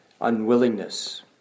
unwillingness